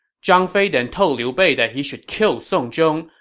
zhang fei then told liu bei that he should kill song zhong,